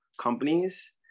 companies